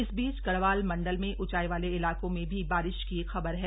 इस बीच गढ़वाल मंडल में ऊंचाई वाले इलाकों में भी बारिश की खबर है